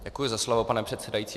Děkuji za slovo, pane předsedající.